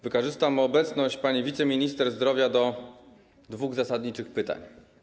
Wykorzystam obecność pani wiceminister zdrowia do zadania dwóch zasadniczych pytań.